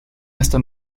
hasta